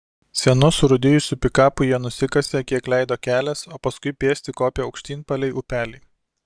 senu surūdijusiu pikapu jie nusikasė kiek leido kelias o paskui pėsti kopė aukštyn palei upelį